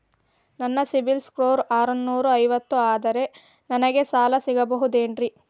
ನನ್ನ ಸಿಬಿಲ್ ಸ್ಕೋರ್ ಆರನೂರ ಐವತ್ತು ಅದರೇ ನನಗೆ ಸಾಲ ಸಿಗಬಹುದೇನ್ರಿ?